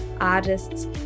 artists